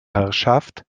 herrschaft